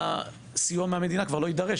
הסיוע מהמדינה כבר לא יידרש.